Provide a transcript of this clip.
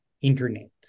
internet